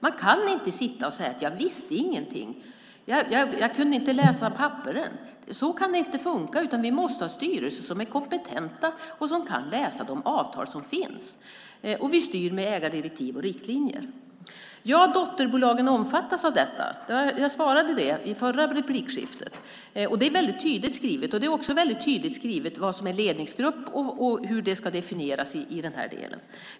Man kan inte säga att man inget visste och inte kunde läsa papperen. Så kan det inte funka. Vi måste ha styrelser som är kompetenta och som kan läsa de avtal som finns. Vi styr med ägardirektiv och riktlinjer. Ja, dotterbolagen omfattas av detta. Det sade jag i mitt förra anförande. Det är tydligt skrivet. Det är också tydligt skrivet vad som är ledningsgrupp och hur det ska definieras.